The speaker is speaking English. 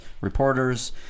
reporters